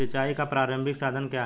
सिंचाई का प्रारंभिक साधन क्या है?